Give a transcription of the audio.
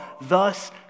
thus